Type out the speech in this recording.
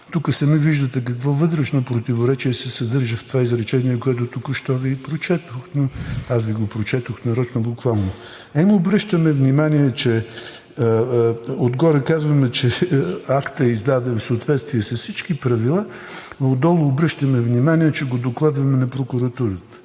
Тук сами виждате какво вътрешно противоречие се съдържа в това изречение, което току-що Ви прочетох, аз Ви го прочетох нарочно буквално. Отгоре казваме, че актът е издаден в съответствие с всички правила, а отдолу обръщаме внимание, че го докладваме на прокуратурата.